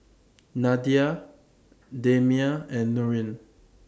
Nadia Damia and Nurin